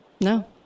No